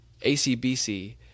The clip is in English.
ACBC